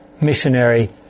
missionary